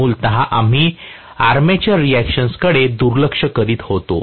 मूलतः आम्ही armature reaction कडे दुर्लक्ष करत होतो